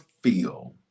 feel